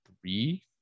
three